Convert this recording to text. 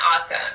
awesome